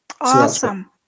awesome